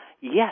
yes